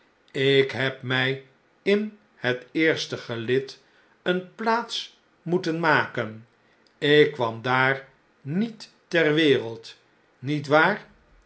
lk heb mh in het eerste gelid eene plaats moeten maken ik kwam daar niet ter wereld niet waar